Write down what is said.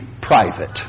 private